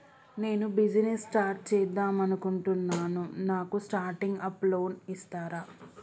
నేను business start చేద్దామనుకుంటున్నాను నాకు స్టార్టింగ్ అప్ లోన్ ఇస్తారా?